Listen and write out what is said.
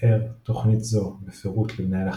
תיאר תוכנית זו בפירוט למנהל החטיבה.